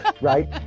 right